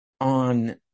on